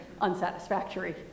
unsatisfactory